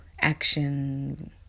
action